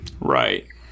Right